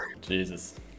Jesus